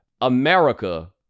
America